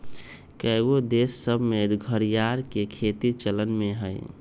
कएगो देश सभ में घरिआर के खेती चलन में हइ